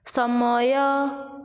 ସମୟ